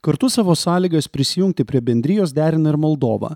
kartu savo sąlygas prisijungti prie bendrijos derina ir moldova